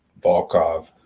Volkov